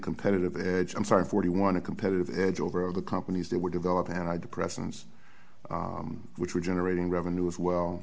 competitive edge i'm sorry forty one a competitive edge over of the companies that were developed and i depressants which were generating revenue as well